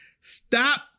stop